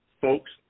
folks